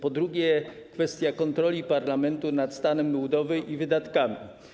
Po drugie, kwestia kontroli parlamentu nad stanem budowy i wydatkami.